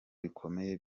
bikomeye